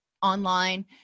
online